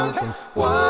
one